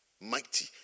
mighty